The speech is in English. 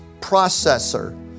processor